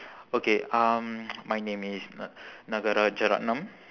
okay um my name is n~ nagarajaratnam